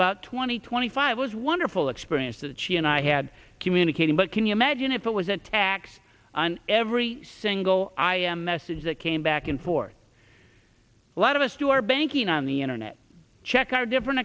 about twenty twenty five was wonderful experience that she and i had communicating but can you imagine if it was a tax on every single i am message that came back and forth a lot of us do our banking on the internet check our different